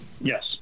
Yes